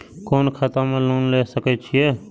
कोन खाता में लोन ले सके छिये?